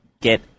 get